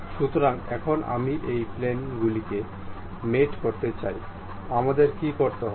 সুতরাং এখন আমি এই প্লেন গুলিকে মেট করতে চাই আমাদের কী করতে হবে